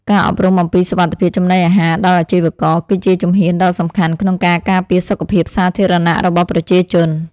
ការអប់រំអំពីសុវត្ថិភាពចំណីអាហារដល់អាជីវករគឺជាជំហានដ៏សំខាន់ក្នុងការការពារសុខភាពសាធារណៈរបស់ប្រជាជន។